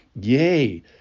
Yay